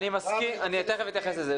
אני תיכף אתייחס לזה.